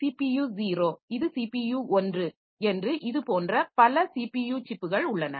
CPU 0 இது CPU 1 என்று இதுபோன்ற பல ஸிபியு சிப்புகள் உள்ளன